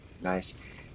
Nice